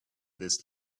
this